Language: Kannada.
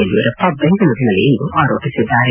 ಯಡಿಯೂರಪ್ಪ ಬೆಂಗಳೂರಿನಲ್ಲಿಂದು ಆರೋಪಿಸಿದ್ದಾರೆ